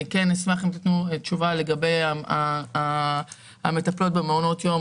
אני אשמח אם תיתנו תשובה לגבי המטפלות במעונות היום,